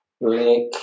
Lake